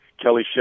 Kelly